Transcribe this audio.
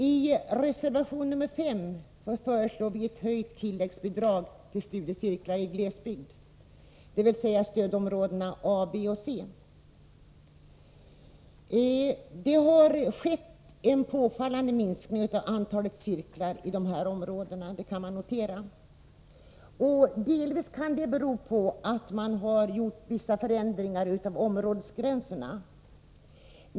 I reservation nr 5 föreslår vi ett höjt tilläggsbidrag till studiecirklar i glesbygd, dvs. stödområdena A, B och C. Det har skett en påfallande minskning av antalet cirklar i dessa områden, det kan man notera. Delvis beror detta på vissa förändringar av områdesgränserna.